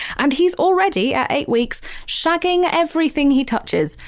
and he's already at eight weeks shagging everything he touches,